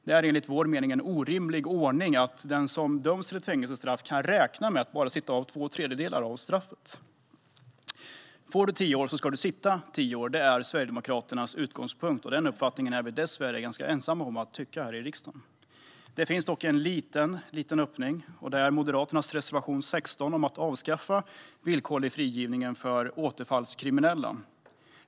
Det är enligt vår mening en orimlig ordning att den som döms till ett fängelsestraff kan räkna med att bara sitta av två tredjedelar av straffet. Får man tio år ska man sitta tio år, är Sverigedemokraternas utgångspunkt, men den uppfattningen är vi dessvärre ganska ensamma om här i riksdagen. Det finns dock en liten, liten öppning, och det är Moderaternas reservation 16 om att avskaffa villkorlig frigivning för återfallskriminella.